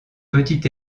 petit